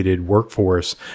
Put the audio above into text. workforce